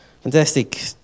Fantastic